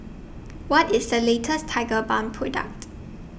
What IS The latest Tigerbalm Product